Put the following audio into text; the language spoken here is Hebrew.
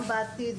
גם בעתיד,